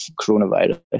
coronavirus